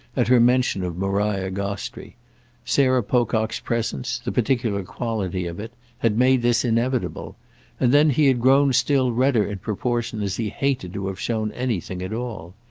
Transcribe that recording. at her mention of maria gostrey sarah pocock's presence the particular quality of it had made this inevitable and then he had grown still redder in proportion as he hated to have shown anything at all.